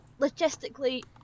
logistically